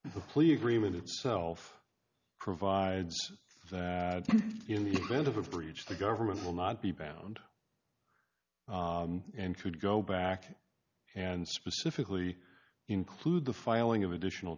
itself provides that in the end of a breach the government will not be bound and could go back and specifically include the filing of additional